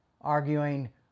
arguing